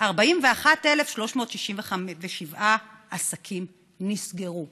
41,367 עסקים נסגרו.